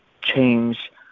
change